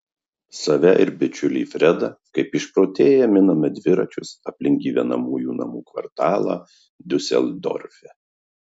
save ir bičiulį fredą kaip išprotėję miname dviračius aplink gyvenamųjų namų kvartalą diuseldorfe